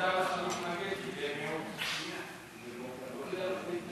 ההצעה להעביר את הנושא לוועדת הפנים והגנת הסביבה